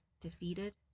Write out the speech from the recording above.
Defeated